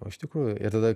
o iš tikrųjų ir tada